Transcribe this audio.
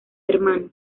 hermano